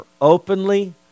openly